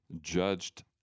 judged